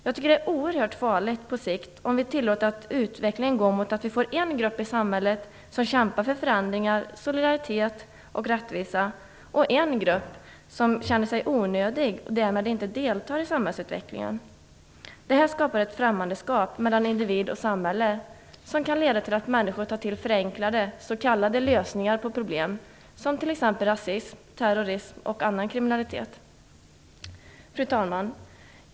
Jag tycker att det på sikt är oerhört farligt om vi tillåter att utvecklingen går mot att vi får en grupp i samhället som kämpar för förändringar, solidaritet och rättvisa, och en annan grupp med människor som känner sig onödiga och därmed inte deltar i samhällsutvecklingen. Detta skapar ett främlingskap mellan individ och samhälle som kan leda till att människor tar till förenklade s.k. lösningar på problem som t.ex. rasism, terrorism och annan kriminalitet. Fru talman!